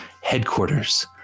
headquarters